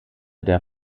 der